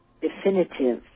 definitive